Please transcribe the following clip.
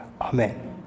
Amen